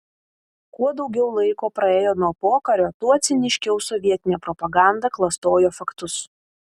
kuo daugiau laiko praėjo nuo pokario tuo ciniškiau sovietinė propaganda klastojo faktus